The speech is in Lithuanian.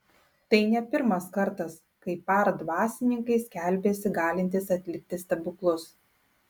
tai ne pirmas kartas kai par dvasininkai skelbiasi galintys atlikti stebuklus